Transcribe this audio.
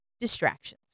distractions